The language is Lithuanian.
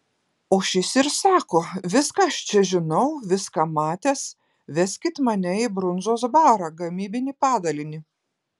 o šis ir sako viską aš čia žinau viską matęs veskit mane į brundzos barą gamybinį padalinį